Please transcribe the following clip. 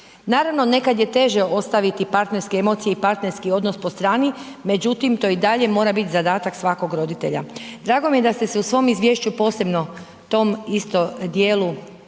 Naravno, nekada je teže ostaviti partnerske emocije i partnerski odnos po strani, međutim, to i dalje mora biti zadatak svakog roditelja. Drago mi je da ste se u svom izvješću posebno tom isto dijelu